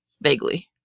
Vaguely